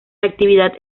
actividad